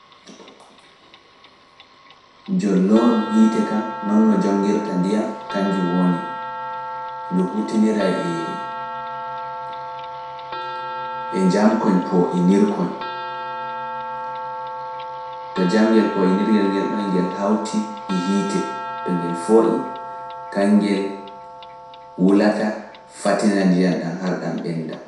Jolnooru hiite kam noon no jongirta ndiyam kanjum woni ndu hutinira e njam koñ poo inirkoñ to jam ngel poo inirgel ngel ɗo ngel hawti e hiite to ngel foo e kaŋngel wulata fatina ndiyam ɗam hara ɗam ɓenda.